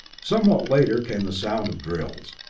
somewhat later came the sound of drills,